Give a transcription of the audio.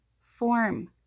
form